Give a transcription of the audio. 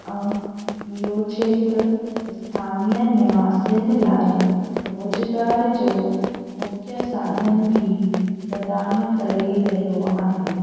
ऐं इहो खेत्र स्थानीय निवासिनि लाइ रोज़गार जो मुख्य साधनु बि प्रदानु करे रहियो आहे